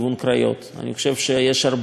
אני חושב שיש הרבה אי-צדק